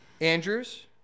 Andrews